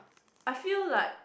I feel like